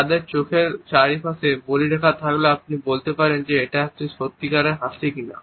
তাদের চোখের চারপাশে বলিরেখা থাকলে আপনি বলতে পারবেন এটা সত্যিকারের হাসি কিনা